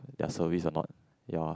their service or not ya